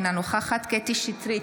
אינה נוכחת קטי קטרין שטרית,